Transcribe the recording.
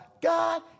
God